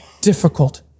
difficult